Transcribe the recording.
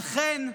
אכן,